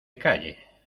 calle